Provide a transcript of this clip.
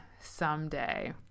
Someday